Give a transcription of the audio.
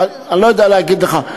אני לא יודע להגיד לך.